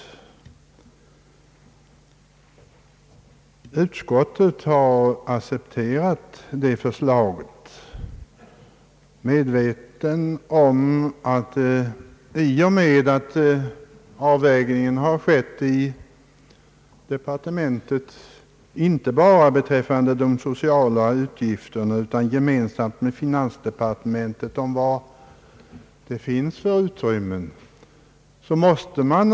Utskottet har accepterat detta förslag i medvetande om att avvägningen skett i departementet, inte bara beträffande de sociala utgifterna utan också gemen samt med finansdepartementet om vad det finns för utrymme för förslagets genomförande.